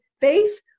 faith